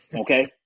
Okay